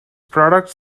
products